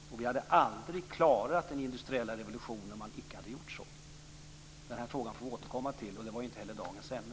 Och vi hade aldrig klarat den industriella revolutionen om man inte hade gjort så. Den här frågan får vi återkomma till, och det var ju inte heller dagens ämne.